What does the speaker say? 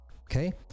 okay